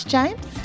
James